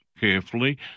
carefully